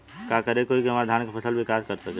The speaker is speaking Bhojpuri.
का करे होई की हमार धान के फसल विकास कर सके?